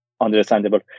understandable